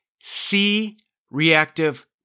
C-reactive